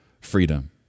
freedom